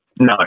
No